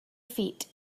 feet